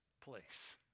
place